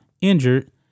injured